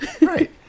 right